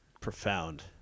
profound